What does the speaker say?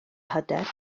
hyder